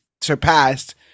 surpassed